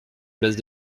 place